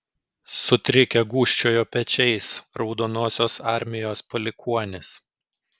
sutrikę gūžčiojo pečiais raudonosios armijos palikuonys